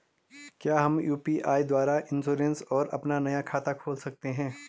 क्या हम यु.पी.आई द्वारा इन्श्योरेंस और अपना नया खाता खोल सकते हैं?